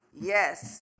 yes